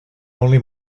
only